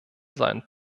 seinen